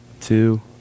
two